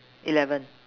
eleven